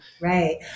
Right